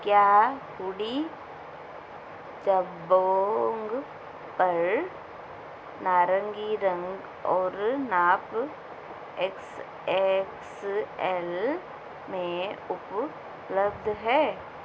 क्या हूडी ज़ेबोन्ग पर नारन्गी रंग और नाप एक्स एक्स एल में उपलब्ध है